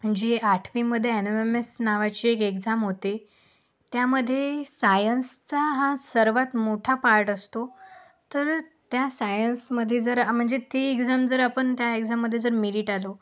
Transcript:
जे आठवीमध्ये N M M S नावाची एक एक्झाम होते त्यामध्ये सायन्सचा हा सर्वात मोठा पार्ट असतो तर त्या सायन्समध्ये जर म्हणजे ती एक्झाम जर आपण त्या एक्झाममध्ये जर मेरिट आलो